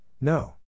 no